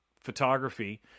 photography